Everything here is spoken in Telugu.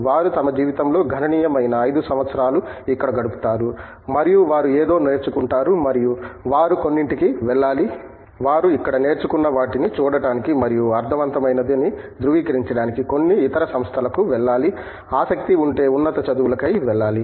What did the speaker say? వారు తమ జీవితంలో గణనీయమైన 5 సంవత్సరాలు ఇక్కడ గడుపుతారు మరియు వారు ఏదో నేర్చుకుంటారు మరియు వారు కొన్నింటికి వెళ్ళాలి వారు ఇక్కడ నేర్చుకున్న వాటిని చూడటానికి మరియు అర్ధవంతమైనది అని ధృవీకరించడానికి కొన్ని ఇతర సంస్థలకు వెళ్ళాలి ఆసక్తి ఉంటే ఉన్నత చదువులకై వెళ్ళాలి